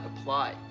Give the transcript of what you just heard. apply